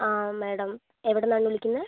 ആ മാഡം എവിടുന്നാണ് വിളിക്കുന്നത്